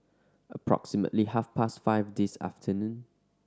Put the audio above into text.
approximately half past five this afternoon